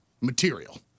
material